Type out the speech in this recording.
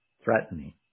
threatening